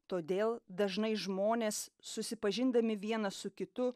todėl dažnai žmonės susipažindami vienas su kitu